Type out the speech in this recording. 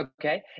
okay